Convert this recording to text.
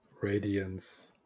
radiance